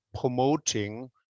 promoting